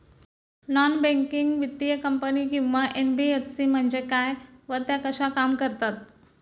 Non banking वित्तीय company किंवा NBFC म्हणजे काय व त्या कशा काम करतात?